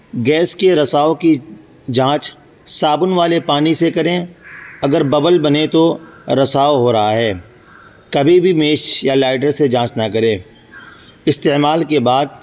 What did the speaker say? gas کی رساؤ کی جانچ صابن والے پانی سے کریں اگر ببل بنے تو رساؤ ہو رہا ہے کبھی بھی میچس یا لائٹر سے جانچ نہ کریں استعمال کے بعد